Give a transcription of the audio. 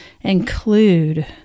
include